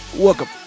Welcome